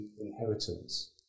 inheritance